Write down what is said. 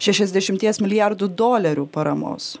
šešiasdešimties milijardų dolerių paramos